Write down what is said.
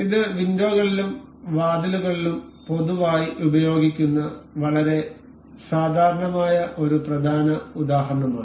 ഇത് വിൻഡോകളിലും വാതിലുകളിലും പൊതുവായി ഉപയോഗിക്കുന്ന വളരെ സാധാരണമായ ഒരു പ്രധാന ഉദാഹരണമാണ്